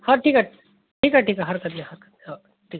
हा ठीक आहे ठीक आहे ठीक आहे हरकत नाही हरकत नाही हा ठीक आहे